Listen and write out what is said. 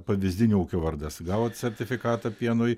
pavyzdinio ūkio vardas gavot sertifikatą pienui